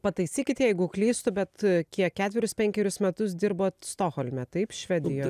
pataisykit jeigu klystu bet kiek ketverius penkerius metus dirbot stokholme taip švedijoj